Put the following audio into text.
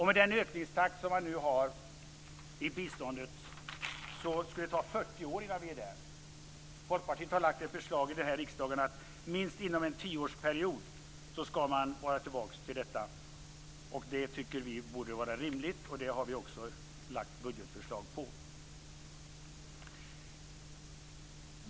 Med den ökningstakt som man nu har i biståndet skulle det ta 40 år innan vi är där. Folkpartiet har lagt fram ett förslag för riksdagen att man ska vara tillbaka till enprocentsmålet minst inom en tioårsperiod. Det tycker vi borde vara rimligt, och det har vi också lagt fram budgetförslag om.